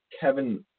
Kevin